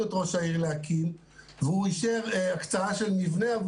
את ראש העיר להקים והוא אישר הקצאה של מבנה,